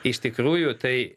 iš tikrųjų tai